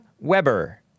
Weber